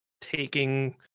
taking